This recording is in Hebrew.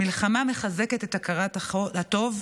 מלחמה מחזקת את הכרת הטוב,